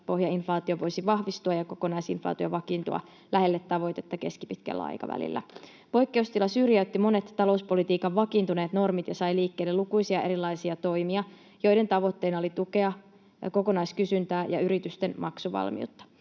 jotta pohjainflaatio voisi vahvistua ja kokonaisinflaatio vakiintua lähelle tavoitetta keskipitkällä aikavälillä. Poikkeustila syrjäytti monet talouspolitiikan vakiintuneet normit ja sai liikkeelle lukuisia erilaisia toimia, joiden tavoitteena oli tukea kokonaiskysyntää ja yritysten maksuvalmiutta.